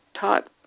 taught